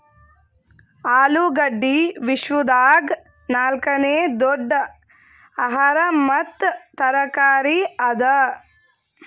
ಆಲೂಗಡ್ಡಿ ವಿಶ್ವದಾಗ್ ನಾಲ್ಕನೇ ದೊಡ್ಡ ಆಹಾರ ಮತ್ತ ತರಕಾರಿ ಅದಾ